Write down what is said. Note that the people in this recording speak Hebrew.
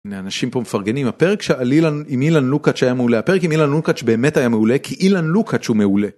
אנשים פה מפרגנים הפרק של אילן עם אילן לוקאץ' היה מעולה. הפרק עם אילן לוקאץ' באמת היה מעולה כי אילן לוקאץ' הוא מעולה.